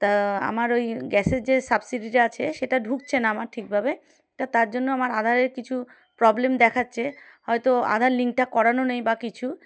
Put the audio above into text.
তা আমার ওই গ্যাসের যে সাবসিডিটা আছে সেটা ঢুকছে না আমার ঠিকভাবে তাো তার জন্য আমার আধারের কিছু প্রবলেম দেখাচ্ছে হয়তো আধার লিঙ্কটা করানো নেই বা কিছু